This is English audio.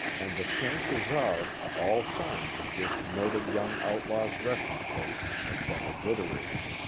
and the chances are, all signs of this noted young outlaw's resting place have been obliterated.